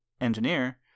engineer